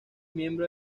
miembro